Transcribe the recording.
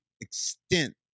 extent